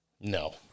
No